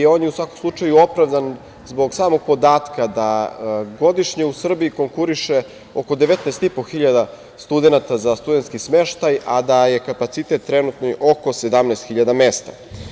On je u svakom slučaju opravdan zbog samog podatka da godišnje u Srbiji konkuriše oko 19.500 studenata za studentski smeštaj, a da je kapacitet trenutni oko 17.000 mesta.